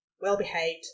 well-behaved